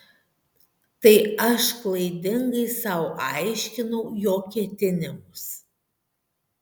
tai aš klaidingai sau aiškinau jo ketinimus